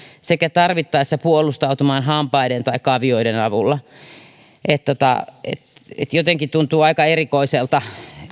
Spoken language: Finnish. sekä tarvittaessa puolustautumaan hampaiden tai kavioiden avulla jotenkin tuntuu aika erikoiselta